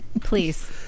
Please